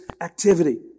activity